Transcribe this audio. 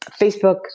Facebook